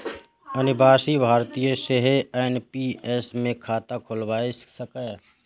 अनिवासी भारतीय सेहो एन.पी.एस मे खाता खोलाए सकैए